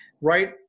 right